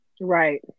Right